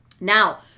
Now